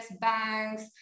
banks